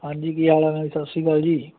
ਹਾਂਜੀ ਕੀ ਹਾਲ ਹੈ ਸਤਿ ਸ਼੍ਰੀ ਅਕਾਲ ਜੀ